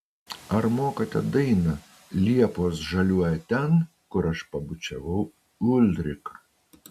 ar mokate dainą liepos žaliuoja ten kur aš pabučiavau ulriką